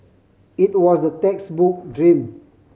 it was the textbook dream